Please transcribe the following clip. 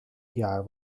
jaar